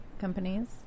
companies